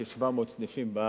ל"דואר ישראל" כ-700 סניפים בארץ,